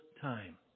time